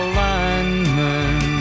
lineman